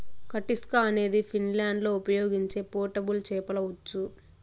కటిస్కా అనేది ఫిన్లాండ్లో ఉపయోగించే పోర్టబుల్ చేపల ఉచ్చు